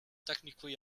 technically